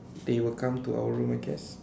they will come to our room I guess